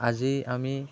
আজি আমি